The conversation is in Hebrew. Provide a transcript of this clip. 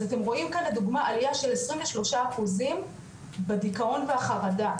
אז אתם רואים כאן לדוגמא עלייה של 23 אחוזים בדיכאון והחרדה,